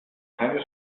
keine